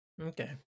Okay